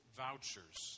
vouchers